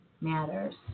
matters